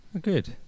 Good